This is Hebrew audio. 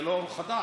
זה לא חדש,